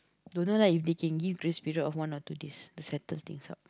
don't know lah if they can give grace period of one or two days to settle things out